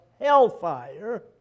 hellfire